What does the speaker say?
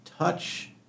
Touch